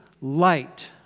light